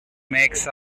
makes